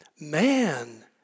man